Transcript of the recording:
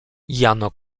jano